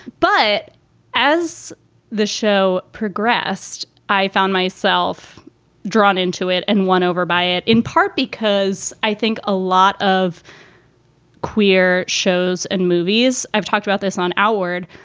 but as the show progressed, i found myself drawn into it and won over by it, in part because i think a lot of queer shows and movies. i've talked about this on outhred.